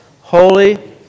holy